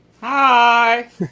Hi